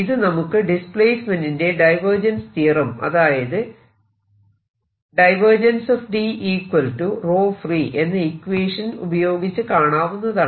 ഇത് നമുക്ക് ഡിസ്പ്ലേസ്മെന്റിന്റെ ഡൈവേർജൻസ് തിയറം അതായത് എന്ന ഇക്വേഷൻ ഉപയോഗിച്ച് കാണാവുന്നതാണ്